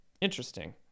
Interesting